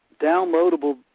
downloadable